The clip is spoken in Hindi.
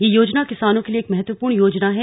यह योजना किसानों के लिए एक महत्त्वपूर्ण योजना है